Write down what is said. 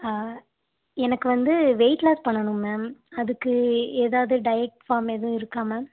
எனக்கு வந்து வெயிட்லாஸ் பண்ணணும் மேம் அதுக்கு எதாவது டயட் ஃபார்ம் எதுவும் இருக்கா மேம்